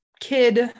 kid